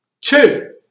Two